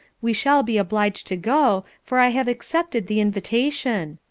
we shall be obliged to go, for i have accepted the invitation,